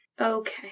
Okay